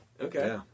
Okay